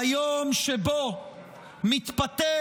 ביום שבו מתפטר,